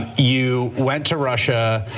you went to russia.